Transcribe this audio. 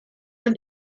them